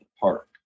park